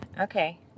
Okay